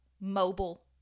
mobile